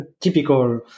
typical